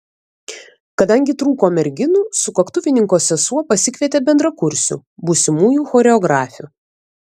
kadangi trūko merginų sukaktuvininko sesuo pasikvietė bendrakursių būsimųjų choreografių